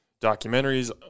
documentaries